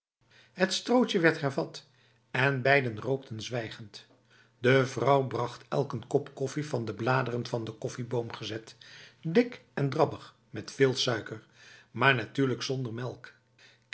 het strootje werd hervat en beiden rookten zwijgend de vrouw bracht elk een kop koffie van de bladeren van de koffieboom gezet dik en drabbig met veel suiker maar natuurlijk zonder melk